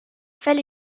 fell